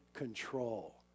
control